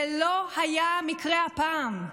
זה לא היה המקרה הפעם,